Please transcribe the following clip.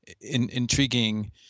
intriguing